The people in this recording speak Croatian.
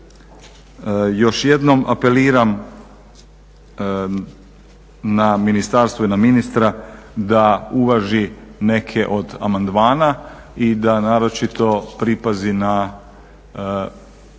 Još jednom apeliram na ministarstvo i na ministra da uvaži neke od amandmana i da naročito pripazi na